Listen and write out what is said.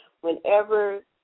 whenever